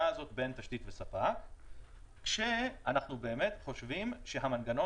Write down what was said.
הזאת בין תשתית לספק כאשר אנחנו באמת חושבים שהמנגנון